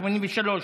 83,